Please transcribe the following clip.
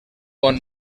bon